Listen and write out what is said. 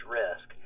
risk